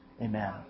Amen